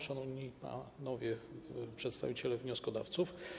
Szanowni Panowie Przedstawiciele Wnioskodawców!